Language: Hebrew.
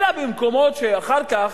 אלא במקומות שאחר כך,